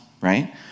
Right